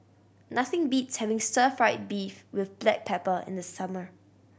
nothing beats having stir fried beef with black pepper in the summer